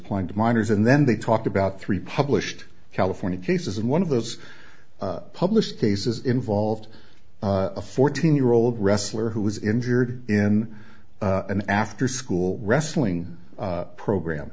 applying to minors and then they talked about three published california cases and one of those published cases involved a fourteen year old wrestler who was injured in an after school wrestling program